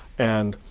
and